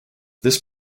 this